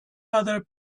other